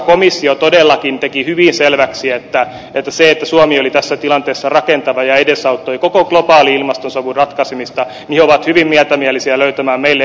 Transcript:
komissio todellakin teki hyvin selväksi että koska suomi oli tässä tilanteessa rakentava ja edesauttoi koko globaalin ilmastosovun ratkaisemista he ovat hyvin myötämielisiä löytämään meille edullisen ratkaisun